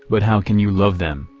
but how can you love them?